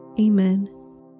Amen